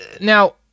now